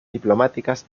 diplomáticas